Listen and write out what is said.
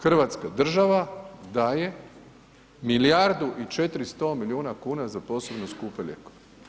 Hrvatska država daje milijardu i 400 milijuna kuna za posebno skupe lijekove.